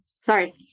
Sorry